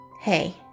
Hey